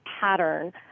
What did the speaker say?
pattern